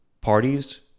parties